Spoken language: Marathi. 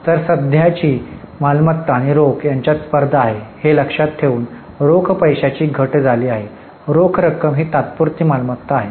तर सध्याची मालमत्ता आणि रोख यांच्यात स्पर्धा आहे हे लक्षात ठेवून रोख पैशाची घट झाली आहे रोख रक्कम ही तात्पुरती मालमत्ता आहे